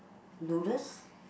noodles